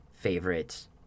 favorite